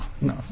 no